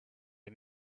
and